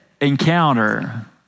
encounter